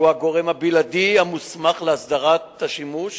שהוא הגורם הבלעדי המוסמך להסדרת השימוש